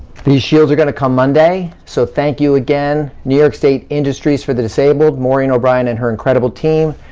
these shields are gonna come monday, so thank you again new york state industries for the disabled, maureen o'brien and her incredible team,